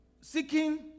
seeking